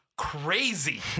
crazy